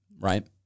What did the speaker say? Right